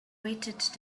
weighted